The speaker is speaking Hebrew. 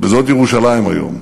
וזאת ירושלים היום,